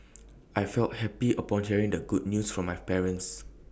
I felt happy upon hearing the good news from my parents